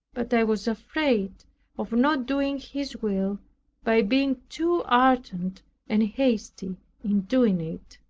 but i was afraid of not doing his will by being too ardent and hasty in doing it.